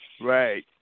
right